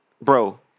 bro